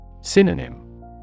Synonym